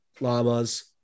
llamas